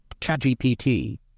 ChatGPT